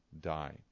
die